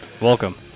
Welcome